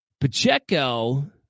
Pacheco